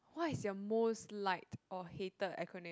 what is your most liked or hated acronym